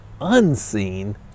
unseen